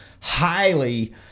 highly